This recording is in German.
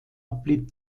blieb